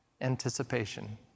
anticipation